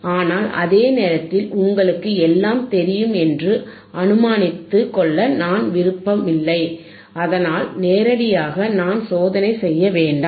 ஆனால் அதே நேரத்தில் உங்களுக்கு எல்லாம் தெரியும் என்று அனுமானித்து கொள்ள நான் விரும்பவில்லை அதனால் நேரடியாக நாம் சோதனை செய்ய வேண்டாம்